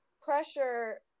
pressure